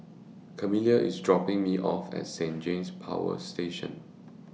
Carmela IS dropping Me off At Saint James Power Station